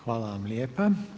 Hvala vam lijepa.